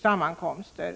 sammankomster.